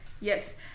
Yes